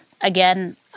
Again